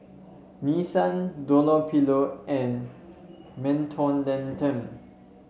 Nissan Dunlopillo and Mentholatum